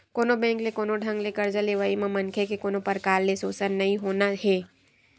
कोनो बेंक ले कोनो ढंग ले करजा लेवई म मनखे के कोनो परकार ले सोसन नइ होना हे